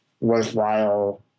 worthwhile